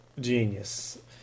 genius